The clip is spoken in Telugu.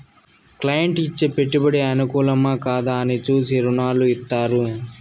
క్లైంట్ ఇచ్చే పెట్టుబడి అనుకూలమా, కాదా అని చూసి రుణాలు ఇత్తారు